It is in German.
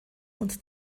und